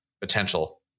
potential